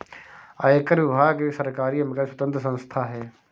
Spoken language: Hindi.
आयकर विभाग एक सरकारी मगर स्वतंत्र संस्था है